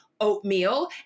oatmeal